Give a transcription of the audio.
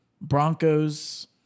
Broncos